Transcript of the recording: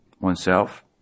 oneself